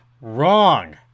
Wrong